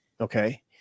okay